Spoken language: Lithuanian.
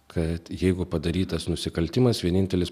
kad jeigu padarytas nusikaltimas vienintelis